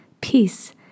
Peace